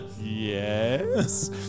Yes